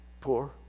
poor